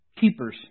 keepers